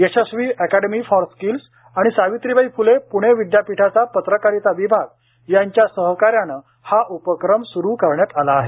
Yashasvi academy for skills आणि सावित्रीबाई फुले विद्यापीठाचा पत्रकारिता विभाग यांच्या सहकार्यानं हा उपक्रम सुरू करण्यात आला आहे